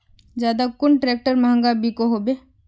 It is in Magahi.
ज्यादा कुन ट्रैक्टर महंगा बिको होबे?